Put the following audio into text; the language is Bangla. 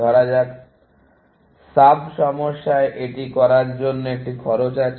ধরা যাক সাব সমস্যায় এটি করার জন্য একটি খরচ আছে